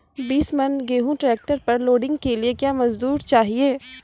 बीस मन गेहूँ ट्रैक्टर पर लोडिंग के लिए क्या मजदूर चाहिए?